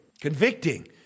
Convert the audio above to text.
convicting